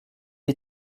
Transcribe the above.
est